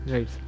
Right